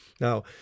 Now